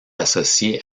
associée